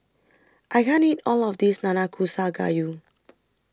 I can't eat All of This Nanakusa Gayu